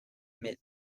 mint